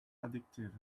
addictive